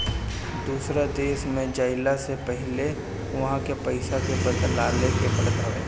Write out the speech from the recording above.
दूसरा देश में जइला से पहिले उहा के पईसा के बदले के पड़त हवे